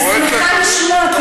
אני שמחה לשמוע,